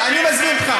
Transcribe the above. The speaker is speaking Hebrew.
אני מזמין אותך,